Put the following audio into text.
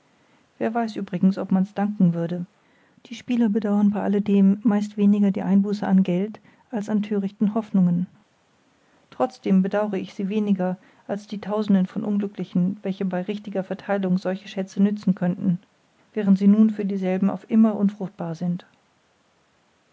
wer weiß übrigens ob man's danken würde die spieler bedauern bei alledem meist weniger die einbuße an geld als an thörichten hoffnungen trotzdem bedauere ich sie weniger als die tausende von unglücklichen welchen bei richtiger vertheilung solche schätze nützen konnten während sie nun für dieselben auf immer unfruchtbar sind